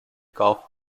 golf